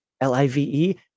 l-i-v-e